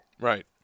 Right